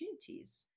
opportunities